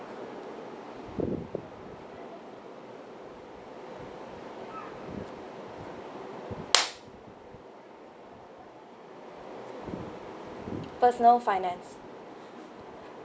personal finance